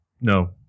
No